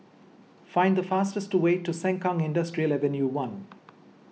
find the fastest way to Sengkang Industrial Ave one